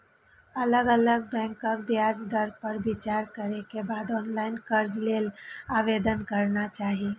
अलग अलग बैंकक ब्याज दर पर विचार करै के बाद ऑनलाइन कर्ज लेल आवेदन करना चाही